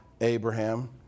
Abraham